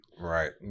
Right